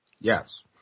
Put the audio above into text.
Yes